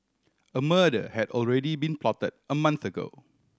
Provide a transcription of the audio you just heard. a murder had already been plotted a month ago